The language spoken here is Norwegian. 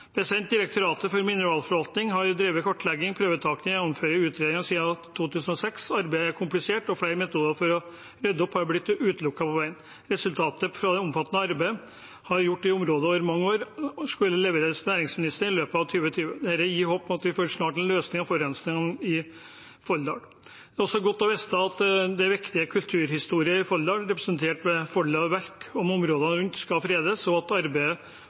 Direktoratet for mineralforvaltning har drevet kartlegging, prøvetaking og gjennomføring av utredninger siden 2006. Arbeidet er komplisert, og flere metoder for å rydde opp er blitt utelukket på veien. Resultatet av det omfattende arbeidet som er gjort i området over mange år, skulle leveres næringsministeren i løpet av 2020. Det gir håp om at vi snart får en løsning på forurensningen i Folldal. Det er også godt å vite at viktig kulturhistorie i Folldal, representert ved Folldal Verk og områdene rundt, skal fredes, og at arbeidet